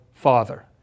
Father